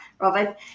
Robert